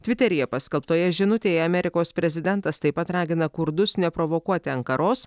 tviteryje paskelbtoje žinutėje amerikos prezidentas taip pat ragina kurdus neprovokuoti ankaros